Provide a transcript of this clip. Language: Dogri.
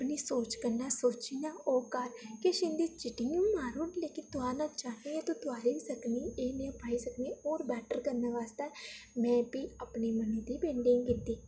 अपनी सोच कन्नै सोची लै होगा किश इं'दियें चिट्टियें तोआरना चाहें तोआरी बी सकनी एह् नेईं भाई सकनी होर वेट करने आस्तै में बी अपनी दी पेंटिंग कीती